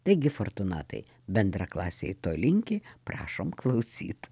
taigi fortūnatai bendraklasiai to linki prašom klausyt